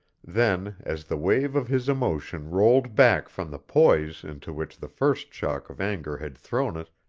then, as the wave of his emotion rolled back from the poise into which the first shock of anger had thrown it,